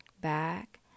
back